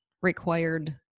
required